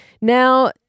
Now